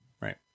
Right